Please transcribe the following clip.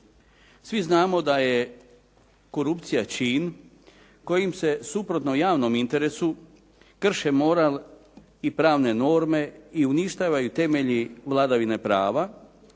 Svi znamo da je korupcija čin kojim se suprotno javnom interesu krše moral i pravne norme i uništavaju temelji vladavine prava,